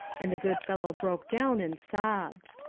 and the good fellow broke down and sobbed.